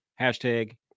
hashtag